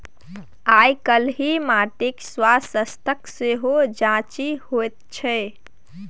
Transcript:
आयकाल्हि माटिक स्वास्थ्यक सेहो जांचि होइत छै